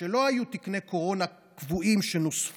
שלא היו בהם תקני קורונה קבועים שנוספו,